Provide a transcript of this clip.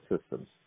systems